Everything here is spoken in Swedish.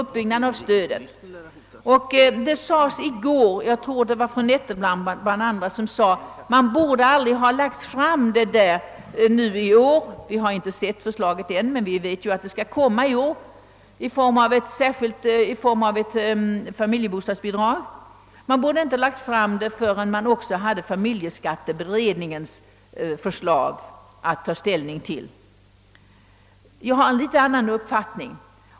Vi har ännu inte sett regeringens slutliga förslag, men vi vet att det skall komma i form av ett familjebostadsbidrag. I går sades det — jag tror att det var fru Nettelbrandt — att man inte borde lägga fram något förslag om familjestöd förrän man också hade familjeskatteberedningens förslag att ta ställning till. Jag har en något annan uppfattning.